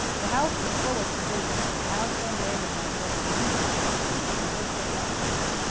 the house was full of provisions alexander abraham wasn't mean about such things, i will say that for him.